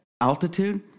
altitude